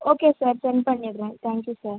okay sir send பண்ணிடறேன் thank you sir